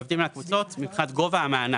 ההבדלים בין הקבוצות: מבחינת גובה המענק,